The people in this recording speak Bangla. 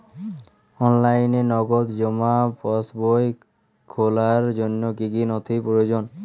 অনলাইনে নগদ জমা পাসবই খোলার জন্য কী কী নথি প্রয়োজন?